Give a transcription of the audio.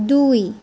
দুই